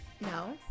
No